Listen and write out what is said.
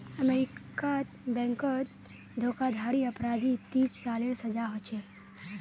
अमेरीकात बैनकोत धोकाधाड़ी अपराधी तीस सालेर सजा होछे